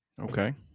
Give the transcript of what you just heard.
Okay